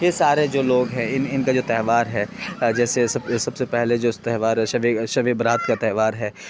یہ سارے جو لوگ ہیں ان ان کا جو تہوار ہے جیسے سب سب سے پہلے جو اس تہوار ہے شبے شب برات کا تہوار ہے